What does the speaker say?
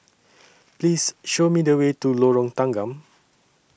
Please Show Me The Way to Lorong Tanggam